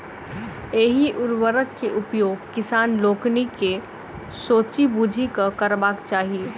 एहि उर्वरक के उपयोग किसान लोकनि के सोचि बुझि कअ करबाक चाही